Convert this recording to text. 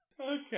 Okay